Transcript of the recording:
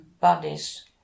bodies